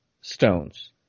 stones